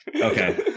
Okay